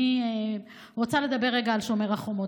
אני רוצה לדבר רגע על שומר החומות.